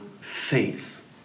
faith